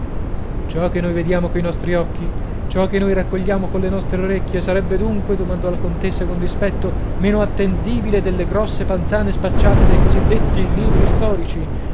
ciò che noi vediamo coi nostri occhi ciò che noi raccogliamo colle nostre orecchie sarebbe dunque domandò la contessa con dispetto meno attendibile delle grosse panzane spacciate dai così detti libri storici